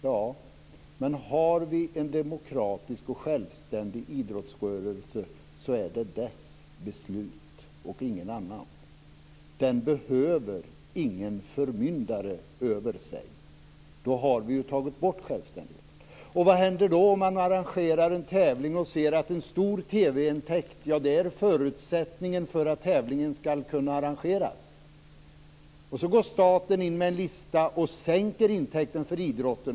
Ja, men har vi en demokratisk och självständig idrottsrörelse är det dess beslut och ingen annans som skall vara avgörande. Den behöver ingen förmyndare över sig, för då har vi ju tagit bort självständigheten. Vad händer om man arrangerar en tävling och ser att en stor TV-intäkt är förutsättningen för att tävlingen skall kunna arrangeras och om staten sedan går in med en lista och sänker intäkten för idrotten?